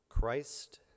Christ